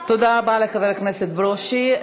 תודה לחבר הכנסת ברושי.